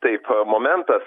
taip momentas